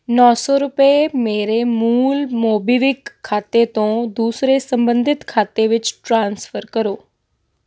ਨੌ ਸੌ ਰੁਪਏ ਮੇਰੇ ਮੂਲ ਮੋਬੀਵਿਕ ਖਾਤੇ ਤੋਂ ਦੂਸਰੇ ਸੰਬੰਧਿਤ ਖਾਤੇ ਵਿੱਚ ਟ੍ਰਾਂਸਫਰ ਕਰੋ